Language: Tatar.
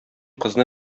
кызны